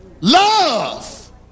love